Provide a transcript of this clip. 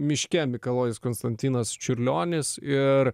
miške mikalojus konstantinas čiurlionis ir